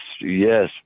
Yes